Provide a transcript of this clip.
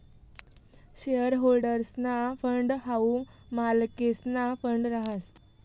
share होल्डर्सना fund हाऊ मालकेसना फंड रहास